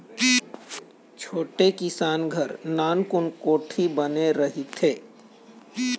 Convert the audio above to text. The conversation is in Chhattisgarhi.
छोटे किसान घर नानकुन कोठी बने रहिथे